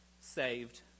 saved